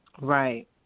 Right